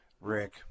Rick